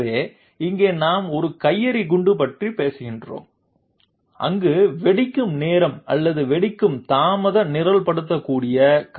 எனவே இங்கே நாம் ஒரு கையெறி குண்டு பற்றி பேசுகிறோம் அங்கு வெடிக்கும் நேரம் அல்லது வெடிக்கும் தாமதம் நிரல்படுத்தக்கூடியது